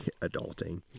Adulting